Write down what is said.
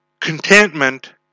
Contentment